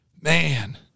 Man